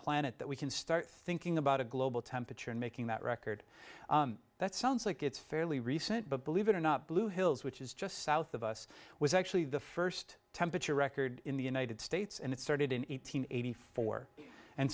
planet that we can start thinking about a global temperature and making that record that sounds like it's fairly recent but believe it or not blue hills which is just south of us was actually the first temperature record in the united states and it started in eight hundred eighty four and